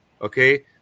Okay